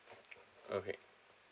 okay